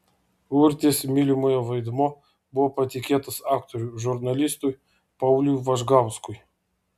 urtės mylimojo vaidmuo buvo patikėtas aktoriui žurnalistui pauliui važgauskui